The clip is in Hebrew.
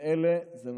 אתה